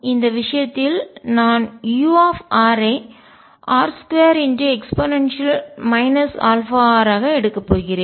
இந்த விஷயத்தில் நான் u ஐ r2e αr ஆக எடுக்கப் போகிறேன்